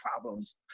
problems